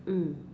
mm